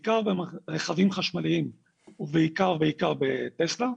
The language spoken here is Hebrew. בעיקר ברכבים חשמליים ובעיקר בעיקר בטסלה,